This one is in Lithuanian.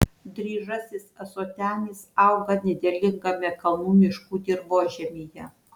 dryžasis ąsotenis auga nederlingame kalnų miškų dirvožemyje